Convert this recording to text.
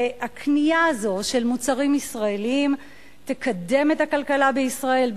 והקנייה הזו של מוצרים ישראליים תקדם את הכלכלה בישראל,